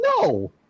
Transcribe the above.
No